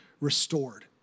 restored